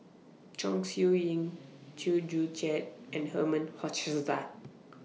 Chong Siew Ying Chew Joo Chiat and Herman Hochstadt